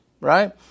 Right